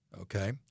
Okay